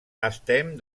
estem